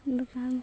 দোকান